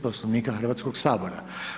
Poslovnika Hrvatskog sabora.